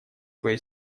своей